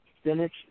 spinach